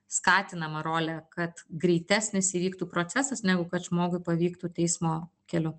skatinama rolė kad greitesnis įvyktų procesas negu kad žmogui pavyktų teismo keliu